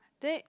then